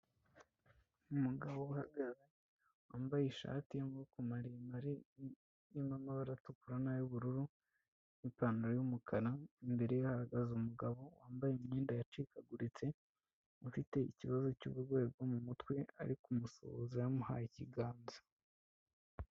Umugabo uhagaze wambaye ishati y'umaboko maremare irimo amabara atukura n'ayubururu n'ipantaro y'umukara, imbere ye hahagaze umugabo wambaye imyenda yacikaguritse ufite ikibazo cy'uburwayi bwo mu mutwe ari kumusuhuza, yamuhaye ikiganza.